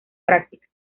práctica